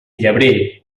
llebrer